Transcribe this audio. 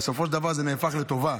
בסופו של דבר זה נהפך לטובה,